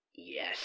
Yes